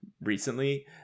recently